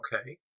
Okay